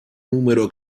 numero